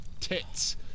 tits